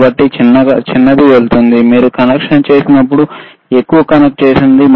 కాబట్టి చిన్నదానితో చిన్నది సరిపోతుంది పెద్దదానితో పెద్దది సరిపోతుంది